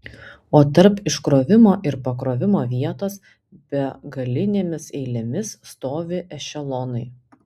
o tarp iškrovimo ir pakrovimo vietos begalinėmis eilėmis stovi ešelonai